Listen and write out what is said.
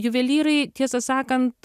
juvelyrai tiesą sakant